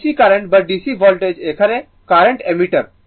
DC current বা DC voltage এখানে current ammeter